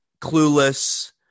clueless